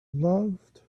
loved